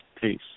Peace